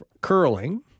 Curling